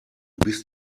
bist